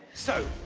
so,